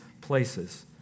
places